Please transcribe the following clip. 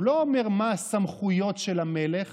הוא לא אומר מה הסמכויות של המלך